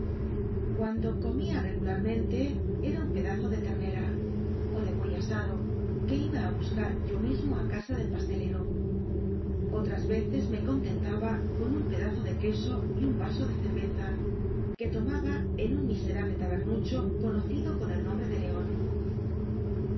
cuando comía r egularmentc era un pedazo de tctncra ó de buey asado que iba á busca r yo mismo á casa del pastclero otras veces me contentaba vcza que con un pedazo de queso y uu vaso de ccr lomaba en un rn iscmblc tabernucho conocido con el nombrc de leon